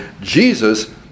Jesus